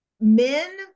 men